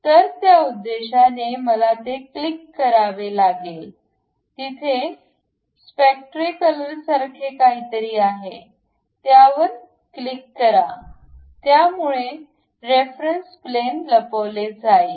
तर त्या उद्देशाने मला ते क्लिक करावे लागेल तिथे स्पेक्ट्रे कलसारखे काहीतरी आहे त्यावर क्लिक करा यामुळे रेफरन्स प्लेन लपवले जाईल